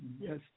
Yes